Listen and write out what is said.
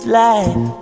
life